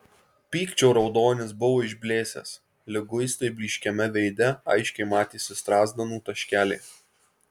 pykčio raudonis buvo išblėsęs liguistai blyškiame veide aiškiai matėsi strazdanų taškeliai